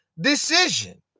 decision